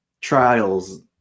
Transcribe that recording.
trials